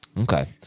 Okay